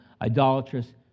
idolatrous